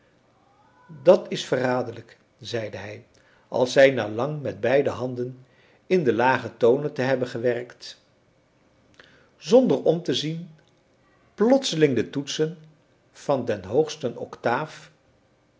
ook dat's verraderlijk zeide hij als zij na lang met beide handen in de lage tonen te hebben gewerkt zonder om te zien plotseling de toetsen van den hoogsten